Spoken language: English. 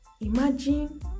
Imagine